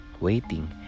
waiting